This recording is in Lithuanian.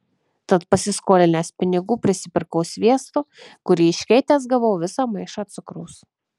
tad pasiskolinęs pinigų prisipirkau sviesto kurį iškeitęs gavau visą maišą cukraus